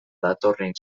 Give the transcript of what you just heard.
datorren